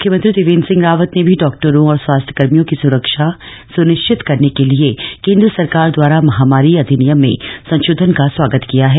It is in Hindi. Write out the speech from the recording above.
मुख्यमंत्री त्रिवेन्द्र सिंह रावत ने भी डाक्टरों और स्वास्थ्य कर्मियों की सुरक्षा सुनिश्चित करने के लिए केंद्र सरकार द्वारा महामारी अधिनियम में संशोधन का स्वागत किया है